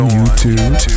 YouTube